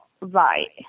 right